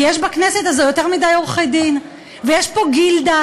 כי יש בכנסת הזאת יותר מדי עורכי דין ויש פה גילדה